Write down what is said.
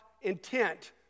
intent